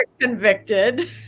convicted